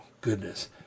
goodness